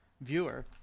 viewer